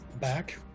back